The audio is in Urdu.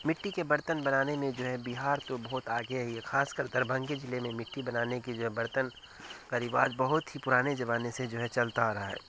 مٹی کے برتن بنانے میں جو ہے بہار تو بہت آگے ہے یہ خاص کر دربھنگے ضلع میں مٹی بنانے کے جو ہے برتن کا رواج بہت ہی پرانے زمانے سے جو ہے چلتا آ رہا ہے